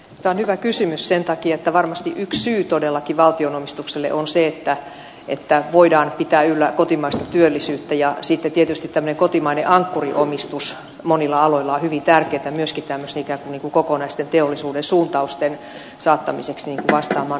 tämä on hyvä kysymys sen takia että varmasti yksi syy todellakin valtionomistukseen on se että voidaan pitää yllä kotimaista työllisyyttä ja sitten tietysti tämmöinen kotimainen ankkuriomistus monilla aloilla on hyvin tärkeätä myöskin ikään kuin kokonaisten teollisuuden suuntausten saattamiseksi vastaamaan ajan tavoitteita